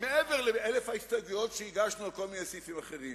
מעבר לאלף ההסתייגויות שהגשנו על כל מיני סעיפים אחרים.